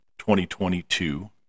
2022